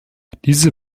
diese